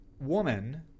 woman